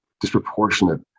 disproportionate